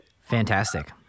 Fantastic